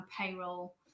payroll